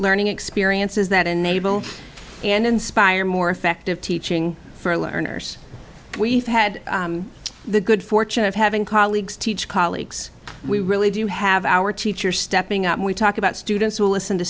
learning experiences that enable and inspire more effective teaching for learners we've had the good fortune of having colleagues teach colleagues we really do have our teacher stepping up and we talk about students will listen to